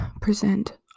present